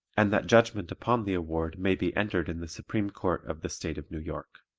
and that judgment upon the award may be entered in the supreme court of the state of new york.